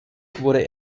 wurde